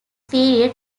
period